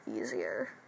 easier